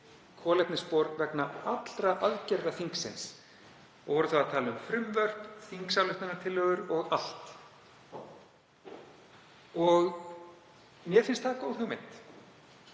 kolefnisspor vegna allra aðgerða þingsins og voru þá að tala um frumvörp, þingsályktunartillögur og allt það. Mér finnst það góð hugmynd.